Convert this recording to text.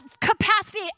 capacity